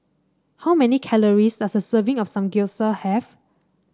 how many calories does a serving of Samgyeopsal have